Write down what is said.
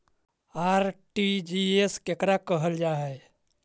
RTGS केकरा कहल जा है?